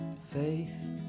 Faith